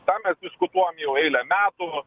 tą mes diskutuojam jau eilę metų